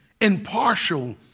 impartial